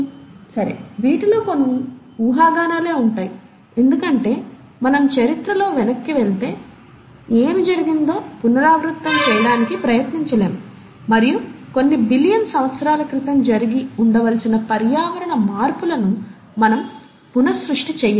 సరే వీటిలో చాలా ఊహాగానాలే ఉంటాయి ఎందుకంటే మనం చరిత్రలో వెనక్కి వెళ్లి ఏమి జరిగిందో పునరావృతం చేయడానికి ప్రయత్నించలేము మరియు కొన్ని బిలియన్ సంవత్సరాల క్రితం జరిగి ఉండవలసిన పర్యావరణ మార్పులను మనం పునః సృష్టి చేయలేము